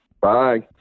Bye